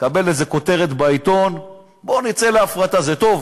תקבל איזו כותרת בעיתון: בואו נצא להפרטה, זה טוב.